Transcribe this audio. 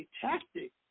tactic